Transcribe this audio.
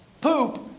poop